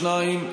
שניים,